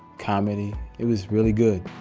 comedy it was really good